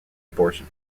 abortion